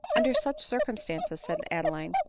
under such circumstances, said adeline,